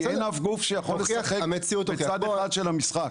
כי אין אף גוף שיכול לשחק --- המציאות --- בצד אחד של המשחק.